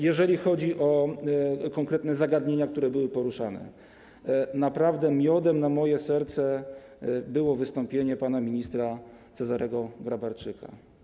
Jeżeli chodzi o konkretne zagadnienia, które były poruszane, naprawdę miodem na moje serce było wystąpienie pana ministra Cezarego Grabarczyka.